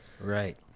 Right